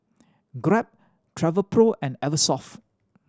Grab Travelpro and Eversoft